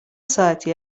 ساعتی